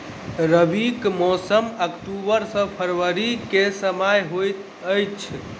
रबीक मौसम अक्टूबर सँ फरबरी क समय होइत अछि